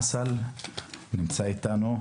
ישראל אסל נמצא אתנו.